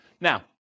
Now